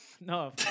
No